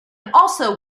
also